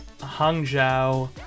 Hangzhou